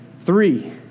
Three